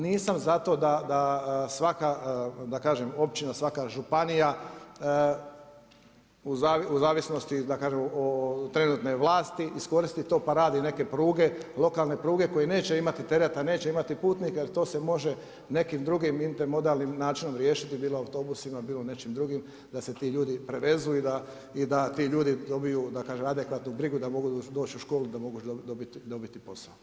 Nisam za to da svaka općina, svaka županija u zavisnosti od trenutne vlasti iskoristi to pa radi neke pruge, lokalne pruge koje neće imati tereta, neće imati putnika jel to se može nekim drugim intermodalnim načinom riješiti, bilo autobusima, bilo nečim drugim da se ti ljudi prevezu i da ti ljudi dobiju adekvatnu brigu da mogu doć u školu i da mogu dobiti posao.